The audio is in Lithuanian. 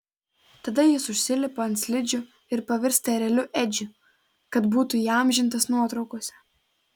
tada jis užsilipa ant slidžių ir pavirsta ereliu edžiu kad būtų įamžintas nuotraukose